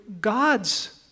God's